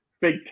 Big